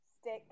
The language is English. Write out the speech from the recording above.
stick